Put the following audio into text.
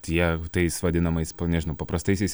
tie tais vadinamais pi nežinau paprastaisiais